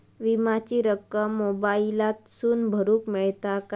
विमाची रक्कम मोबाईलातसून भरुक मेळता काय?